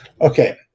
Okay